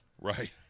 Right